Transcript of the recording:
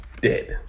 dead